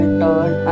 turn